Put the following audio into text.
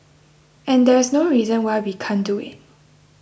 and there's no reason why we can't do it